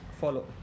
follow